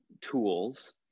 tools